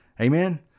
Amen